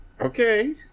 okay